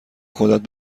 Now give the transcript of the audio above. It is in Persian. خودت